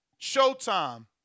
Showtime